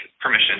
permission